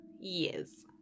Yes